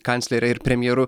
kanclere ir premjeru